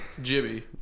Jibby